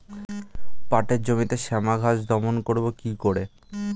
পাটের জমিতে শ্যামা ঘাস দমন করবো কি করে?